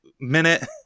minute